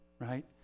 right